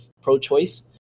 pro-choice